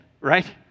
right